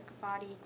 body